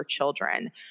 children